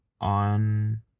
on